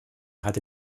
hatte